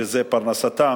שזאת פרנסתם,